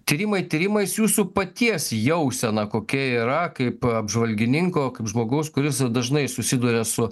tyrimai tyrimais jūsų paties jausena kokia yra kaip apžvalgininko kaip žmogaus kuris dažnai susiduria su